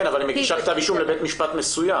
כן, אבל היא מגישה כתב אישום לבית משפט מסוים.